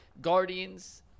Guardians